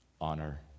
honor